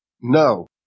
No